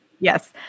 Yes